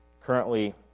currently